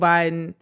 Biden